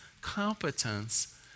competence